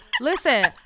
Listen